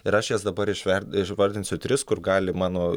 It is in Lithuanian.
ir aš jas dabar išver išvardinsiu tris kur gali mano